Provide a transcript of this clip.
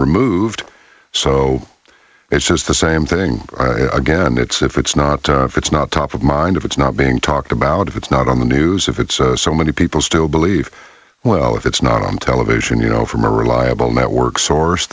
removed so it's just the same thing again it's if it's not it's not top of mind if it's not being talked about if it's not on the news if it's so many people still believe well if it's not on television you know from a reliable network source